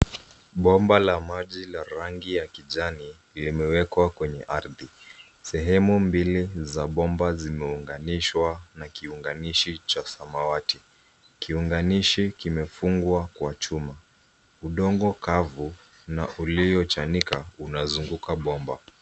Bomba la maji la rangi ya kijani limewekwa kwenye ardhi. Sehemu mbili za bomba zimeunganishwa na kiunganishi cha samawati. Kiunganishi kimefungwa kwa chuma .Udongo kavu na uliochanika unazunguka bomba.